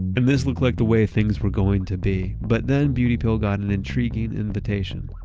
and this looked like the way things were going to be. but then beauty pill got an intriguing invitation.